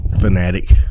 fanatic